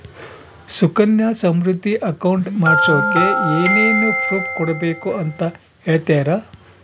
Sukanya Samriddhi account ಮಾಡಿಸೋಕೆ ಏನೇನು proof ಕೊಡಬೇಕು ಅಂತ ಹೇಳ್ತೇರಾ?